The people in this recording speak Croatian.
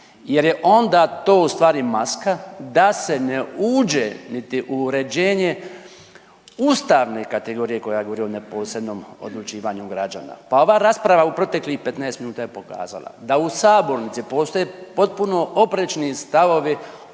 jer je onda to ustvari maska da se ne uđe niti u uređenje ustavne kategorije koja govori o neposrednom odlučivanju građana, pa ova rasprava u proteklih 15 minuta je pokazala da u sabornici postoje potpuno oprečni stavovi